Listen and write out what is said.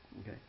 Okay